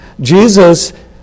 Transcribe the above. Jesus